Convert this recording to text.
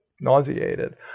nauseated